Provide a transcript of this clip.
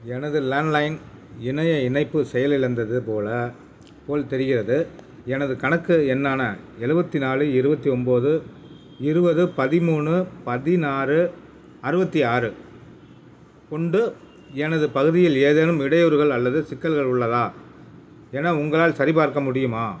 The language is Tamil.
எனது லேண்ட்லைன் இணைய இணைப்பு செயலிலந்தது போல் போல் தெரிகிறது எனது கணக்கு எண்ணான எழுவத்தி நாலு இருபத்தி ஒம்பது இருபது பதிமூணு பதினாறு அறுபத்தி ஆறு கொண்டு எனது பகுதியில் ஏதேனும் இடையூறுகள் அல்லது சிக்கல்கள் உள்ளதா என உங்களால் சரிபார்க்க முடியுமா